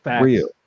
real